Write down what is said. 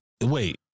Wait